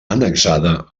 annexada